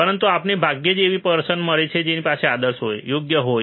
પરંતુ આપણને ભાગ્યે જ એવી પરસન મળે છે જેની પાસે આદર્શ હોય યોગ્ય હોય